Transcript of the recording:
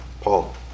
Paul